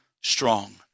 strong